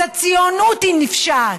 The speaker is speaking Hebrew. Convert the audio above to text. אז הציונות היא נפשעת.